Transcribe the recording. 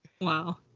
Wow